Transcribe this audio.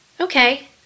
okay